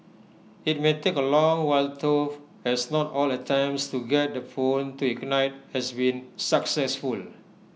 IT may take A long while tofu as not all attempts to get the phone to ignite has been successful